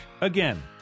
again